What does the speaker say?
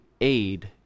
aid